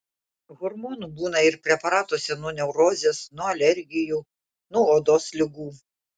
hormonų būna ir preparatuose nuo neurozės nuo alergijų nuo odos ligų